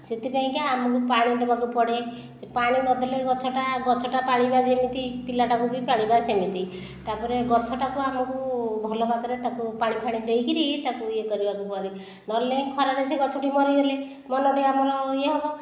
ସେଥିପାଇଁକା ଆମକୁ ପାଣି ଦେବାକୁ ପଡ଼େ ପାଣି ନଦେଲେ ଗଛଟା ଗଛଟା ପାଳିବା ଯେମିତି ପିଲାଟାକୁ ବି ପାଳିବା ସେମିତି ତା'ପରେ ଗଛଟାକୁ ଆମକୁ ଭଲ ଭାବରେ ତାକୁ ପାଣିଫାଣି ଦେଇକରି ତାକୁ ଇଏ କରିବାକୁ ପଡ଼େ ନହେଲେ ନାହିଁ ଖରାରେ ସେ ଗଛଟି ମରିଗଲେ ମନଟି ଆମର ଇଏ ହେବ